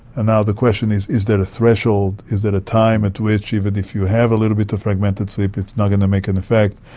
and now the question is is there a threshold, is there a time at which, even if you have a little bit of fragmented sleep, it's not going to make an effect?